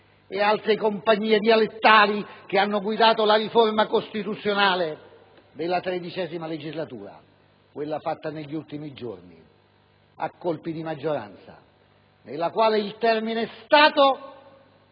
le altre compagnie dialettali che hanno guidato la riforma costituzionale della XIII legislatura, quella fatta negli ultimi giorni a colpi di maggioranza, nella quale il termine Stato